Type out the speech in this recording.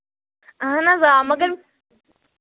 اَہَن حظ آ مگر